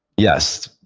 yes,